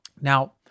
Now